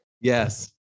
Yes